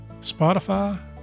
Spotify